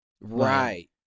Right